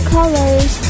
Colors*